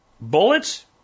Bullets